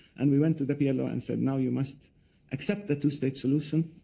and we went to the plo, and said, now you must accept the two-state solution,